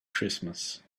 christmas